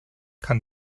kann